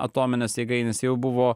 atominės jėgainės jau buvo